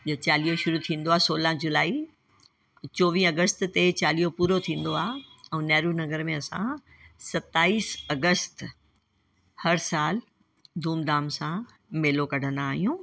जो चालीहो शुरू थींदो आहे सोलहं जुलाई चोवीह अगस्त ते चालीहो पूरो थींदो आहे ऐं नेहरू नगर में असां सताईस अगस्त हर साल धूम धाम सां मेलो कढंदा आहियूं